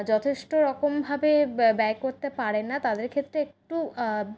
যথেষ্ট রকমভাবে ব ব্যয় করতে পারে না তাদের ক্ষেত্রে একটু